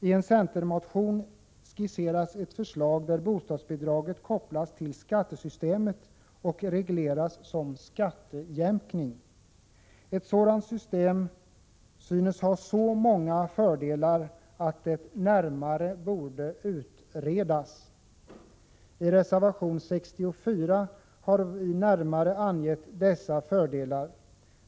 I en centermotion skisseras ett förslag där bostadsbidraget kopplas till skattesystemet och regleras som skattejämkning. Ett sådant system synes ha så många fördelar att det närmare borde utredas. I reservation 64 har vi närmare angett dessa fördelar.